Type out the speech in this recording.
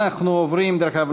דרך אגב,